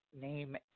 name